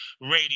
radio